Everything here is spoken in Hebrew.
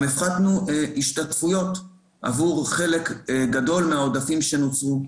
הפחתנו השתתפויות עבור חלק גדול מהעודפים שנוצרו.